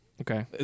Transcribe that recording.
Okay